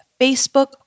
Facebook